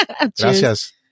Gracias